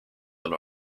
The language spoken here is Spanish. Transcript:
del